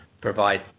provide